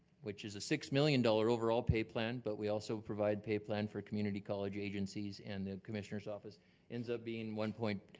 which is a six million dollars overall pay plan, but we also provide pay plan for community college agencies and commissioner's office ends up being one point,